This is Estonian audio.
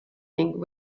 ning